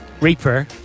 Reaper